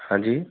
हाँ जी